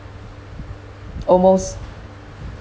almost